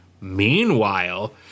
Meanwhile